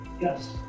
yes